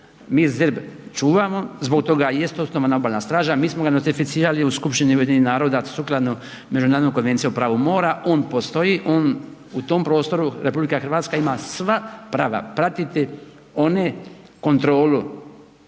mi ZERP čuvamo, zbog toga i jest osnovana obalna straža. Mi smo ga nostrificirali u Skupštini Ujedinjenih naroda sukladno Međunarodnoj konvenciji o pravu mora. On postoji. On u tom prostoru Republika Hrvatska ima sva prava pratiti onu kontrolu